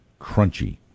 crunchy